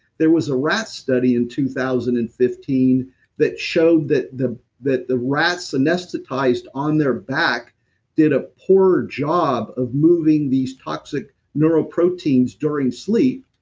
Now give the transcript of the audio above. there was a rat study in two thousand and fifteen that showed that the that the rats anesthetized on their back did a poor job of moving these toxic neuro proteins during sleep,